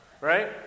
Right